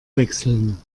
wechseln